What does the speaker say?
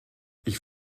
ich